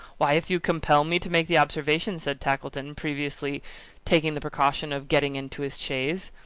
why, if you compel me to make the observation, said tackleton, previously taking the precaution of getting into his chaise,